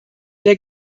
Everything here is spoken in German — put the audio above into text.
der